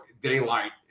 daylight